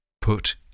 put